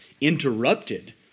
interrupted